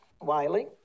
Wiley